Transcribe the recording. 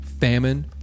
famine